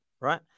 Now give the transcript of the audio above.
right